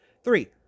Three